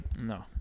No